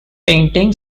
painting